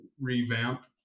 revamp